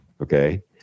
Okay